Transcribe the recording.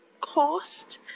cost